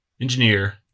engineer